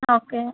okay